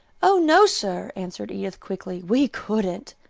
oh, no, sir, answered edith quickly, we couldn't.